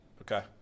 okay